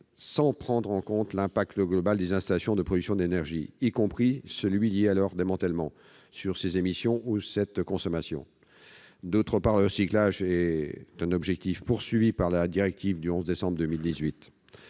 sans prendre en compte l'effet global des installations de production d'énergie, y compris celui qui est lié à leur démantèlement, sur ces émissions ou cette consommation. D'autre part, le recyclage est un objectif visé par la directive du 11 décembre 2018.